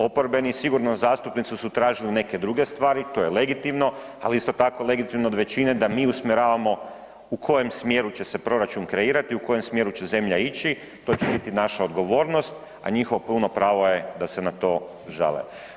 Oporbeni sigurno zastupnici su tražili neke druge stvari, to je legitimno, ali isto tako legitimno je od većine da mi usmjeravamo u kojem smjeru će se proračun kreirati, u kojem smjeru će zemlja ići, to će biti naša odgovornost, a njihovo puno pravo je da se na to žale.